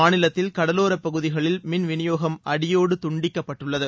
மாநிலத்தில் கடலோர பகுதிகளில் மின்வினியோகம் அடியோடு துண்டிக்கப்பட்டுள்ளது